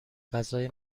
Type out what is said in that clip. غذای